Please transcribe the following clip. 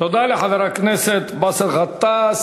תודה לחבר הכנסת באסל גטאס.